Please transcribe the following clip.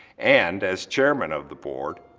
and as chairman of the board,